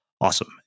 Awesome